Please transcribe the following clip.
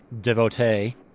devotee